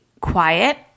quiet